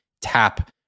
tap